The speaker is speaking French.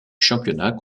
championnat